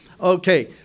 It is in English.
Okay